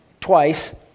twice